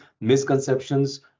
misconceptions